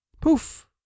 poof